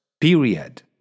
Period